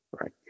right